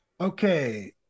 okay